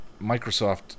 Microsoft